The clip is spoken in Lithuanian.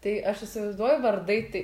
tai aš įsivaizduoju vardai tai